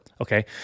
okay